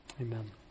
Amen